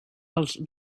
els